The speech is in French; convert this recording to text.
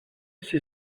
s’il